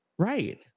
Right